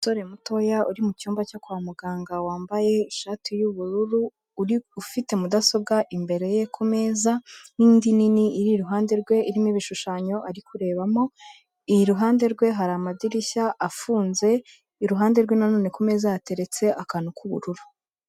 Umusore mutoya uri mu cyumba cyo kwa muganga wambaye ishati y'ubururu ufite mudasobwa imbere ye kumeza n'indi nini iri iruhande rwe irimo ibishushanyo ari kurebamo iruhande rwe hari amadirishya afunze, iruhande rwe nanone kumeza hateretse akantu k'ubururu.